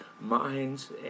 minds